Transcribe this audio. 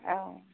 औ